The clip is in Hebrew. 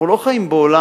אנחנו לא חיים בעולם,